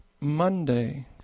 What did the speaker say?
Monday